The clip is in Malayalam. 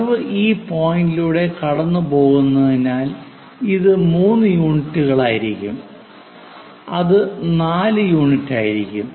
കർവ് ഈ പോയിന്റിലൂടെ കടന്നുപോകുന്നതിനാൽ ഇത് മൂന്ന് യൂണിറ്റുകളായിരിക്കും അത് 4 യൂണിറ്റായിരിക്കും